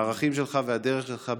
הערכים שלך והדרך שלך,